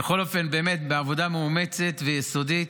בכל אופן, באמת בעבודה מאומצת ויסודית,